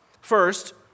First